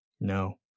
No